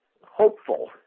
hopeful